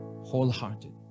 wholehearted